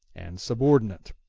and subordinate.